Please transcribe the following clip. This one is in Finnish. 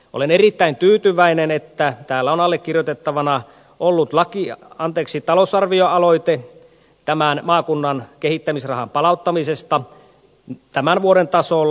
olen erittäin tyytyväinen että täällä on allekirjoitettavana ollut talousarvioaloite tämän maakunnan kehittämisrahan palauttamisesta tämän vuoden tasolle